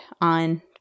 on